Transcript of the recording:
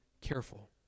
careful